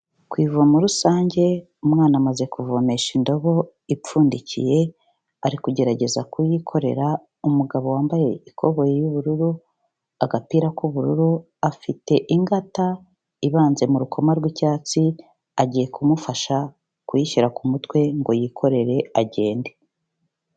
Ku ivomo rusange umwana amaze kuvomesha indobo ipfundikiye, ari kugerageza kuyikorera, umugabo wambaye ikoboyi y'ubururu, agapira k'ubururu, afite ingata ibanze mu rukoma rw'icyatsi, agiye kumufasha kuyishyira ku mutwe ngo yikorere agende.